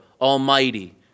Almighty